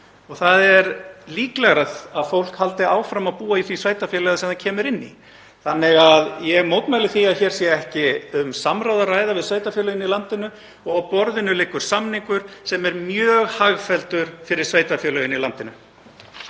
Það er líklegra að fólk haldi áfram að búa í því sveitarfélagi sem það kemur inn í. Ég mótmæli því að hér sé ekki um að ræða samráð við sveitarfélögin í landinu. Á borðinu liggur samningur sem er mjög hagfelldur fyrir sveitarfélögin í landinu.